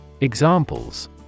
Examples